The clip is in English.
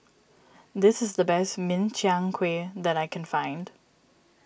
this is the best Min Chiang Kueh that I can find